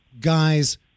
Guys